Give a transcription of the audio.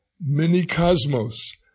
mini-cosmos